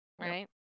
Right